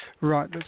Right